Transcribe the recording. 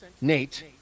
Nate